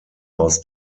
aus